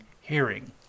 hearing